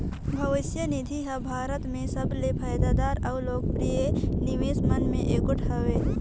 भविस निधि हर भारत में सबले फयदादार अउ लोकप्रिय निवेस मन में एगोट हवें